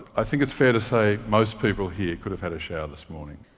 i think it's fair to say most people here could have had a shower this morning.